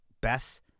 best